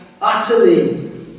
utterly